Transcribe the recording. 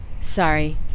Sorry